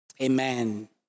Amen